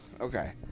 okay